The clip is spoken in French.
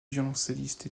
violoncelliste